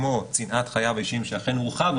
כמו "צנעת חייו האישיים" שאכן הורחב,